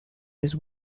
his